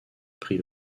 prit